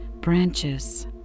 branches